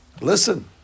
Listen